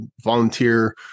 volunteer